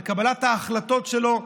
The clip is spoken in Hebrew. על קבלת ההחלטות שלו.